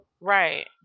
Right